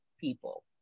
people